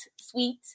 sweet